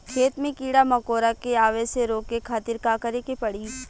खेत मे कीड़ा मकोरा के आवे से रोके खातिर का करे के पड़ी?